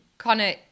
Connor